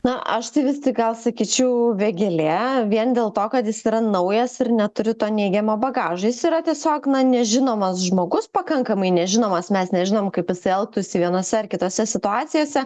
na aš tai vis tik gal sakyčiau vėgėlė vien dėl to kad jis yra naujas ir neturi to neigiamo bagažo jis yra tiesiog na nežinomas žmogus pakankamai nežinomas mes nežinom kaip jis elgtųsi vienose ar kitose situacijose